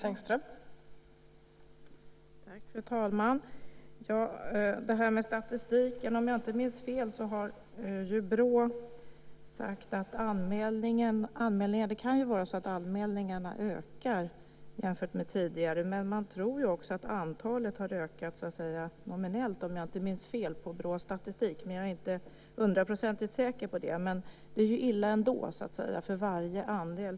Fru talman! Först gäller det statistiken och BRÅ. Det kan ju vara så att antalet anmälningar ökar jämfört med tidigare. Men man tror också att antalet har ökat nominellt, om jag inte minns fel om BRÅ:s statistik. Jag är alltså inte hundraprocentigt säker där. Det är illa ändå med tanke på varje andel.